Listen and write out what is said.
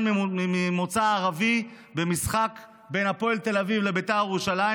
ממוצא ערבי במשחק בין הפועל תל אביב לבית"ר ירושלים.